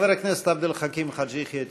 חבר הכנסת עבד אל חכים חאג' יחיא,